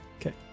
Okay